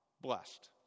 blessed